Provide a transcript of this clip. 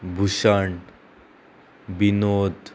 Bhushan Binod